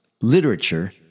literature